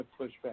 pushback